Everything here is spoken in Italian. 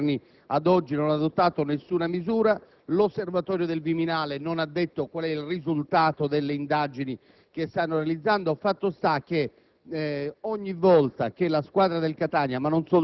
hanno parlato di scontri tra tifosi. Il Ministero dell'interno, ad oggi, non ha adottato alcuna misura. L'Osservatorio del Viminale non ha detto qual è il risultato delle indagini che si stanno conducendo;